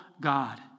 God